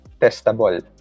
testable